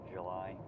July